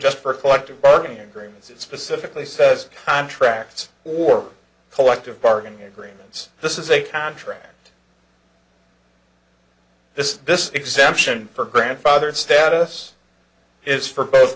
just for collective bargaining agreements it specifically says contracts or collective bargaining agreements this is a contract this is this exemption for grandfathered status is for both